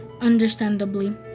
Understandably